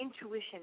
intuition